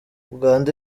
uganda